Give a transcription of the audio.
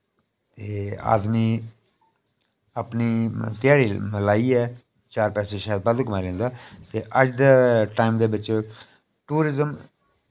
ते आदमी अपनी ध्याड़ी लाईये चार पैसे शैल बद्ध कमाई लैंदा अज दे टाइम दे बिच टूरिज्म